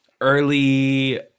early